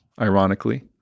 ironically